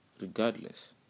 Regardless